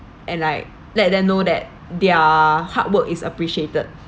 and like let them know that their hard work is appreciated